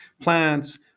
plants